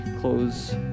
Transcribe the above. close